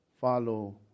Follow